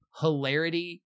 hilarity